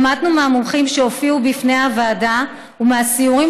למדנו מהמומחים שהופיעו בפני הוועדה ומהסיורים